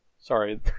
sorry